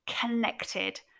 connected